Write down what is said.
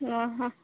ଓହୋ